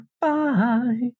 Bye